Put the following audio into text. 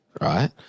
right